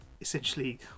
essentially